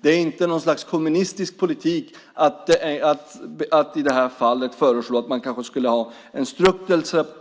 Det är inte något slags kommunistisk politik att i det här fallet föreslå att man kanske skulle ha en